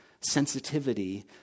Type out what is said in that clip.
sensitivity